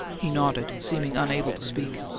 he nodded, seeming unable to speak.